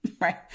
Right